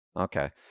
Okay